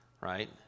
right